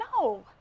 No